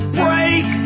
break